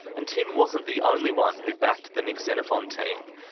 and tim wasn't the only one who backed the nick xenophon team,